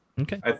Okay